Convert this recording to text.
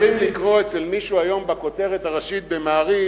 אז אנחנו צריכים לקרוא היום אצל מישהו בכותרת הראשית ב"מעריב"